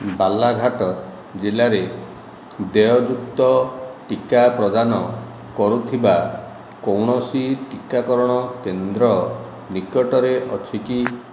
ବାଲାଘାଟ ଜିଲ୍ଲାରେ ଦେୟଯୁକ୍ତ ଟିକା ପ୍ରଦାନ କରୁଥିବା କୌଣସି ଟିକାକରଣ କେନ୍ଦ୍ର ନିକଟରେ ଅଛି କି